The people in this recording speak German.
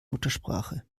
muttersprache